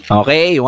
okay